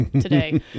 today